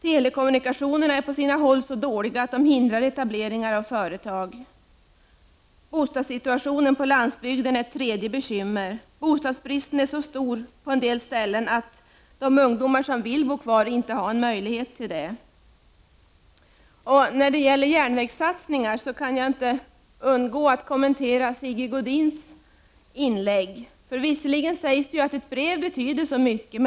Telekommunikationerna är på sina håll så dåliga att de utgör ett hinder för etablering av företag. Bostadssituationen på landsbygden är också ett bekymmer. Bostadsbristen är på många orter så stor att de ungdomar som vill bo kvar inte har möjlighet att göra det. När det gäller järnvägssatsningarna kan jag inte låta bli att kommentera Sigge Godins inlägg. Visserligen sägs det att ett brev betyder så mycket.